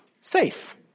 safe